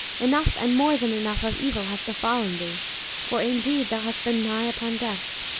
enough and more than enough of evil hath befallen thee for indeed thou hast been nigh upon death.